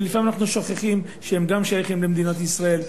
ולפעמים אנחנו שוכחים שגם הם שייכים למדינת ישראל,